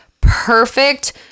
perfect